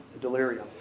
delirium